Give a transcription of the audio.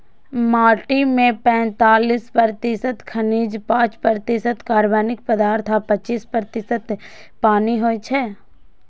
माटि मे पैंतालीस प्रतिशत खनिज, पांच प्रतिशत कार्बनिक पदार्थ आ पच्चीस प्रतिशत पानि होइ छै